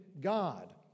God